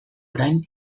orain